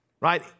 right